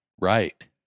right